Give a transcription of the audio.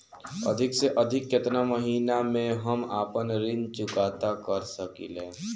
अधिक से अधिक केतना महीना में हम आपन ऋण चुकता कर सकी ले?